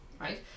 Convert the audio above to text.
right